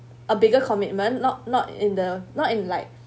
a bigger commitment not not in the not in like